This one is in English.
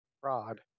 fraud